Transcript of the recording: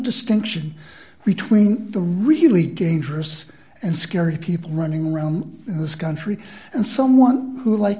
distinction between the really dangerous and scary people running around in this country and someone who like